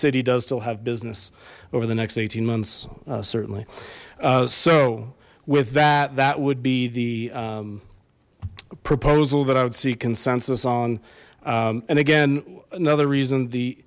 city does still have business over the next eighteen months certainly so with that that would be the proposal that i would seek consensus on and again another reason the